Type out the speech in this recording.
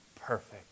perfect